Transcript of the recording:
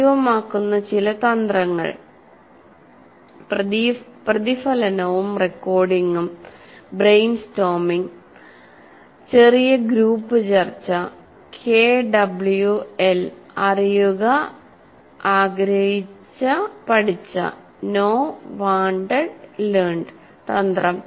സജീവമാക്കുന്ന ചില തന്ത്രങ്ങൾ പ്രതിഫലനവും റെക്കോർഡിംഗും ബ്രെയിൻ സ്റ്റോമിങ് ചെറിയ ഗ്രൂപ്പ് ചർച്ച കെഡബ്ല്യുഎൽ അറിയുക ആഗ്രഹിച്ച പഠിച്ച തന്ത്രം